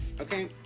Okay